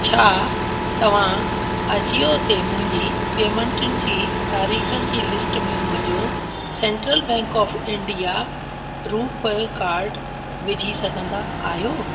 छा तव्हां आजियो ते मुंहिंजी पेमेंटुनि जी तरीख़नि जी लिस्ट में मुंहिंजो central bank of India RuPay card विझी सघंदा आहियो